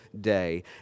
day